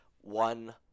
one